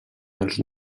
dels